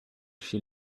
she